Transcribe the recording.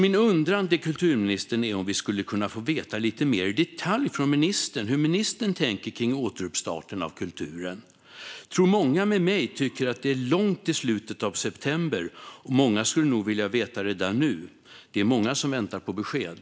Min undran är om vi skulle kunna få veta lite mer i detalj från kulturministern hur hon tänker kring återstarten av kulturen. Jag tror att många med mig tycker att det är långt till slutet av september, och många skulle nog vilja veta redan nu. Det är många som väntar på besked.